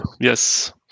yes